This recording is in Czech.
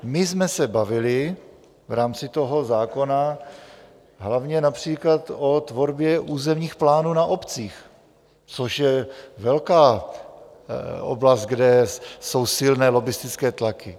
My jsme se bavili v rámci toho zákona hlavně například o tvorbě územních plánů na obcích, což je velká oblast, kde jsou silné lobbistické tlaky.